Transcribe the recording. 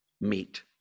meet